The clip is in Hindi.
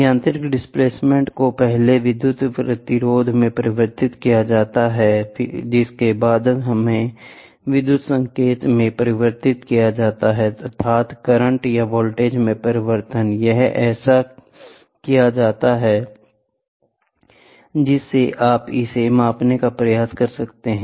यांत्रिक डिस्प्लेसमेंट को पहले विद्युत प्रतिरोध में परिवर्तित किया जाता है जिसे बाद में विद्युत संकेत में परिवर्तित किया जाता है अर्थात करंट या वोल्टेज में परिवर्तन यह ऐसा किया जाता है जिससे आप इसे मापने का प्रयास कर सकते हैं